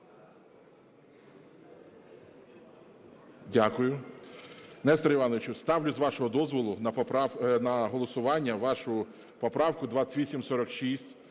Дякую. Несторе Івановичу, ставлю, з вашого дозволу, на голосування вашу поправку 2846,